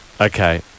Okay